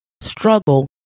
struggle